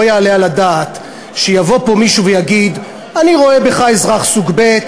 לא יעלה על הדעת שיבוא פה מישהו ויגיד: אני רואה בך אזרח סוג ב',